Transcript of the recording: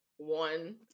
one